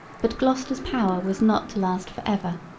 but gloucester's power was not to last for ever.